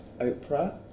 Oprah